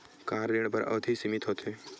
का ऋण बर अवधि सीमित होथे?